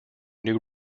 new